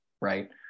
right